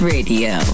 Radio